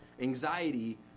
Anxiety